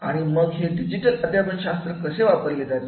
आणि मग हे डिजिटल अध्यापन शास्त्र कसे वापरात आणले जाते